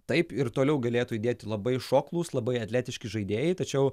taip ir toliau galėtų įdėti labai šoklūs labai atletiški žaidėjai tačiau